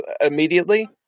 immediately